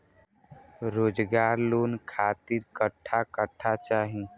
रोजगार लोन खातिर कट्ठा कट्ठा चाहीं?